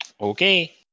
Okay